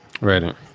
Right